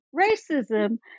racism